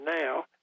now